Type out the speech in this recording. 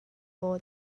maw